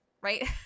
right